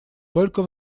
только